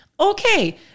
okay